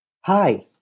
Hi